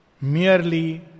merely